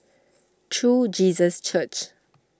True Jesus Church